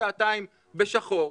שעתיים בשחור,